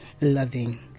loving